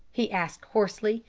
he asked hoarsely.